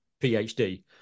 PhD